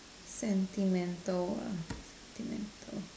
sentimental ah sentimental